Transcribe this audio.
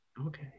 Okay